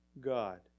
God